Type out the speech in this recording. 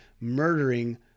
murdering